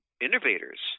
innovators